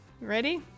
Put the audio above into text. Ready